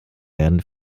werden